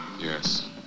Yes